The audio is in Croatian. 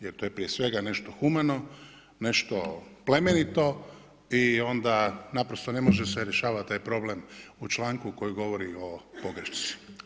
Jer to je prije svega nešto humano, nešto plemenito i onda naprosto ne može se rješavat taj problem u članku koji govori o pogrešci.